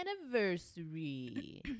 anniversary